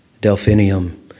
delphinium